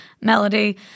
melody